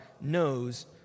knows